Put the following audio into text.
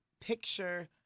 picture